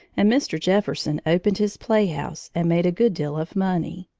and mr. jefferson opened his playhouse and made a good deal of money.